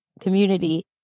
community